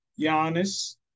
Giannis